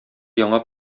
яңа